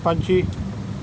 ਪੰਛੀ